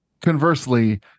conversely